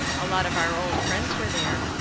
a lot of our old friends were there,